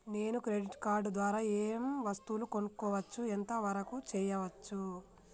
నేను credit card ద్వారా ఏం వస్తువులు కొనుక్కోవచ్చు ఎంత వరకు చేయవచ్చు?